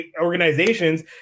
organizations